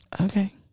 Okay